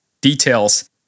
details